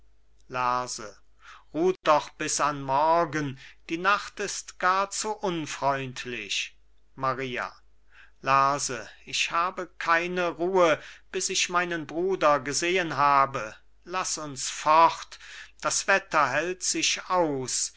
lerse ruht doch bis an morgen die nacht ist gar zu unfreundlich maria lerse ich habe keine ruhe bis ich meinen bruder gesehen habe laß uns fort das wetter hellt sich aus